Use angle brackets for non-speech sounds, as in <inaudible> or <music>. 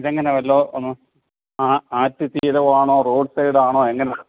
ഇത് എങ്ങനെയാ വല്ലതും <unintelligible> ആറ്റുതീരമാണോ റോഡ്സൈഡ് ആണോ എങ്ങനെയാ